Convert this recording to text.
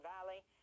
Valley